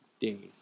days